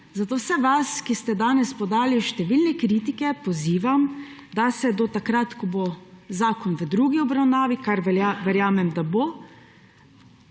Zato vse vas, ki ste danes podali številne kritike, pozivam, da se do takrat, ko bo zakon v drugi obravnavi, kar verjamem, da bo,